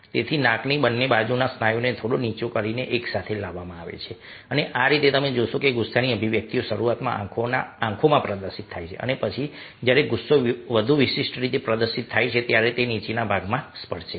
તેથી નાકની બંને બાજુના સ્નાયુઓને થોડો નીચો કરીને એકસાથે લાવવામાં આવે છે અને આ રીતે તમે જોશો કે ગુસ્સાની અભિવ્યક્તિ શરૂઆતમાં આંખોમાં પ્રદર્શિત થાય છે અને પછી જ્યારે ગુસ્સો વધુ વિશિષ્ટ રીતે પ્રદર્શિત થાય છે ત્યારે તે નીચેના ભાગને સ્પર્શે છે